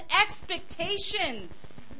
expectations